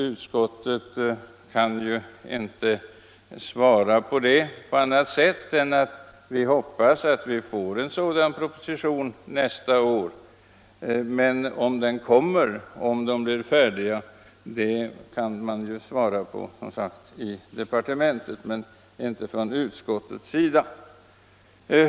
Utskottet kan ju inte svara på annat sätt än att vi hoppas att vi får en sådan proposition nästa år. När den kommer — och om den blir färdig nästa år — kan man som sagt svara på i departementet.